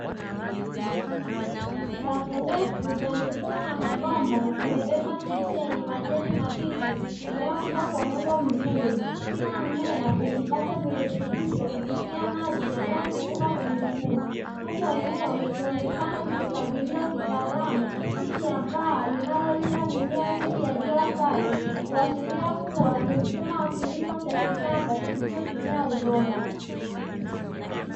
Safu ndefu za mifumo ya mabomba zimebeba miche yenye majani mabichi inayokua kwa mwendo mzuri, kila mmea ukipata virutubisho kupitia maji yanayozunguka kwenye mfumo huku eneo likionekana limepangiliwa kitaalamu chini ya paa linalolinda mimea dhidi ya jua kali, kuashiria kuwa ni mfumo wa kilimo cha kisasa kisichotumia udongo.